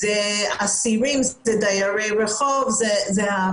דרי רחוב וכולי.